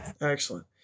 Excellent